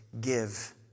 Give